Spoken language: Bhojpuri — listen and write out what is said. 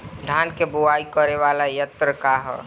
धान के बुवाई करे वाला यत्र का ह?